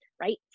right